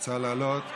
רוצה לעלות.